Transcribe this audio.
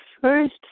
first